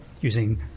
using